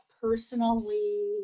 personally